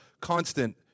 constant